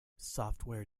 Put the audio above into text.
software